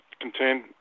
contained